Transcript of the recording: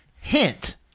Hint